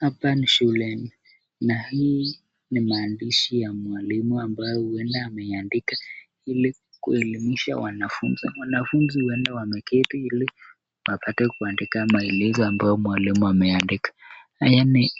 Hapa ni shuleni. Na hii ni maandishi ya mwalimu ambayo huenda ameiiandika ili kuelimisha wanafunzi. Wanafunzi huenda wameketi ili wapate kuandika maelezo ambayo mwalimu ameiiandika. Haya ni